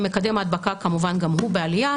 מקדם ההדבקה כמובן גם הוא בעלייה.